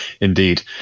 indeed